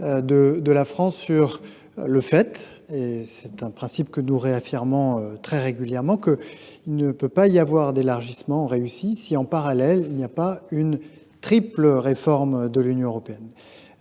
de la France sur le fait – c’est d’ailleurs un principe que nous réaffirmons très régulièrement – qu’il ne peut pas y avoir d’élargissement réussi si, en parallèle, il n’y a pas une triple réforme de l’Union européenne.